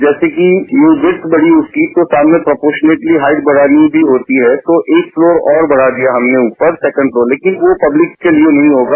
जैसे की यूसेज बढ़ी उसकी तो सामने प्रपोशनली हाइंट बढ़ानी भी होती तो एक फ्लोर और बढ़ा दिया हमने ऊपर सेकेंड फ्लोर लेकिन वह पब्लिक के लिए नहीं होगा